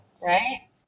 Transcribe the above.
right